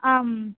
आम्